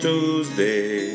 Tuesday